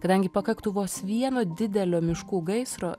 kadangi pakaktų vos vieno didelio miškų gaisro